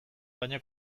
baina